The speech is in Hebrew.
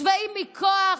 שבעים מכוח,